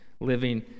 living